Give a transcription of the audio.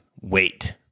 wait